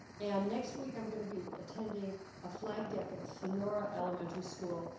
and next week, i'm gonna be attending a flag deck at sonora elementary school.